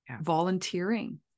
volunteering